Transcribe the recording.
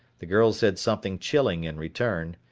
the girl said something chilling in return,